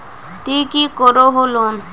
ती की करोहो लोन?